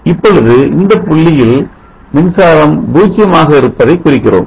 இப்பொழுது இந்த புள்ளியில் மின்சாரம் 0 ஆக இருப்பதை குறிக்கிறோம்